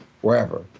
wherever